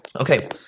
Okay